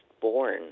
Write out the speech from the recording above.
born